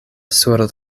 sur